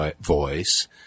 voice